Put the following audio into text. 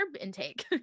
intake